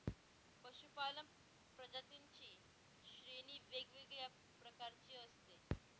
पशूपालन प्रजातींची श्रेणी वेगवेगळ्या प्रकारची असते